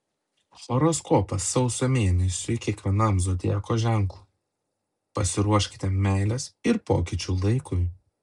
horoskopas sausio mėnesiui kiekvienam zodiako ženklui pasiruoškite meilės ir pokyčių laikui